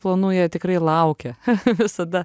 planų jie tikrai laukia visada